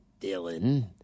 Dylan